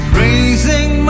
Praising